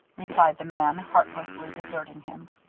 replied the man, heartlessly deserting him.